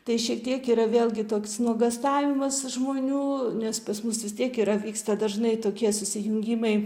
tai šiek tiek yra vėlgi toks nuogąstavimas žmonių nes pas mus vis tiek yra vyksta dažnai tokie susijungimai